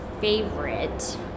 favorite